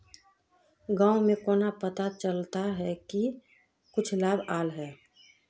गाँव में केना पता चलता की कुछ लाभ आल है?